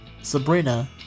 Sabrina